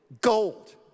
gold